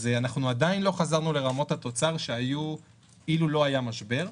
אז אנחנו עדיין לא חזרנו לרמות התוצר שהיו אילו לא היה משבר,